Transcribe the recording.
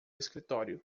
escritório